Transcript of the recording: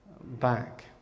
back